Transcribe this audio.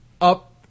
up